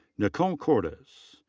nicole cordes.